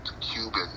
Cuban